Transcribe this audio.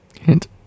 Hint